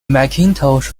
macintosh